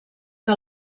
que